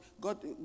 God